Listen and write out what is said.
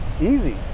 easy